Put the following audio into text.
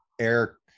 air